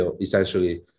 essentially